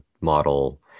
model